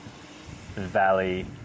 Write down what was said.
Valley